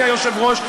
אדוני היושב-ראש,